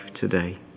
today